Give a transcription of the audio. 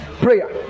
Prayer